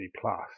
plus